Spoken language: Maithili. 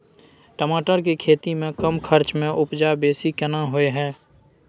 टमाटर के खेती में कम खर्च में उपजा बेसी केना होय है?